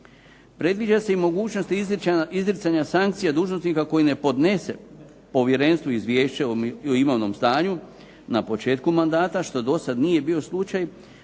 Predviđena se i mogućnost izricanja sankcije dužnosnika koji ne podnese povjerenstvu izvješće o imovnom stanju na početku mandata što dosad nije bio slučaj,